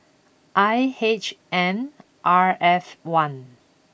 I H N R F one